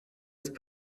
ist